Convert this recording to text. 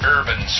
Urban